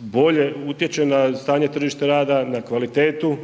bolje utječe na stanje tržišta rada, na kvalitetu